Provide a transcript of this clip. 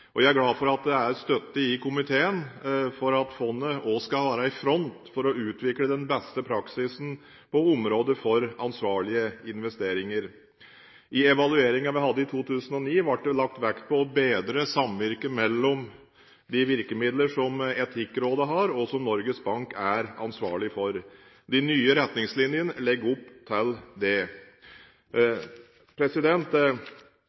sammenheng. Jeg er glad for at det er støtte i komiteen for at fondet skal være i front med hensyn til å utvikle beste praksis på området for ansvarlige investeringer. I evalueringen som vi hadde i 2009, ble det lagt vekt på å bedre samvirket mellom de virkemidler som Etikkrådet har, og de som Norges Bank er ansvarlig for. De nye retningslinjene legger opp til det.